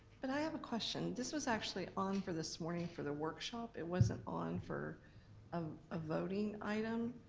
but i have a question. this was actually on for this morning for the workshop, it wasn't on for um a voting item.